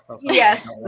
Yes